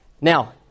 Now